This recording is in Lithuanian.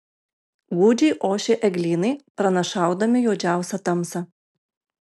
gūdžiai ošė eglynai pranašaudami juodžiausią tamsą